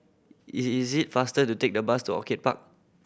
is is it faster to take the bus to Orchid Park